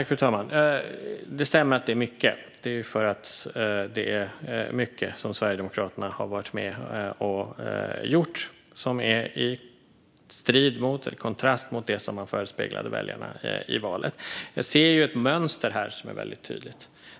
Fru talman! Det stämmer att jag tog upp mycket. Det beror på att det är mycket som Sverigedemokraterna har varit med och gjort och som står i strid mot eller i kontrast mot det som de förespeglade väljarna i valet. Jag ser ett mönster här som är väldigt tydligt.